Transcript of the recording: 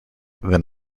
than